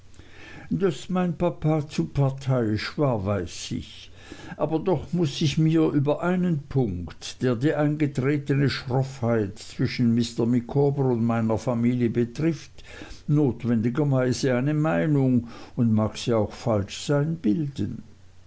daß mein papa zu parteiisch war weiß ich aber doch mußte ich mir über einen punkt der die eingetretene schroffheit zwischen mr micawber und meiner familie betrifft notwendigerweise eine meinung und mag sie auch falsch sein bilden